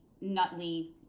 Nutley